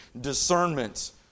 discernment